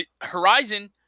Horizon